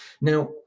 Now